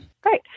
great